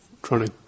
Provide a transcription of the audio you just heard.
trying